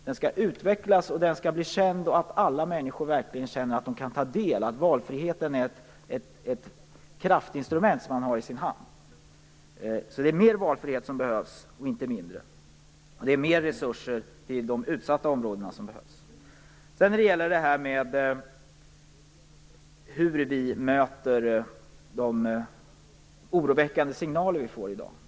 Den skall utvecklas och bli känd, så att alla människor verkligen känner att de kan ta del, att valfriheten är ett kraftinstrument som man har i sin hand. Det är mer valfrihet som behövs och inte mindre. Det är mer resurser till de utsatta områdena som behövs. Sedan gäller det detta hur vi möter de oroväckande signaler som vi får i dag.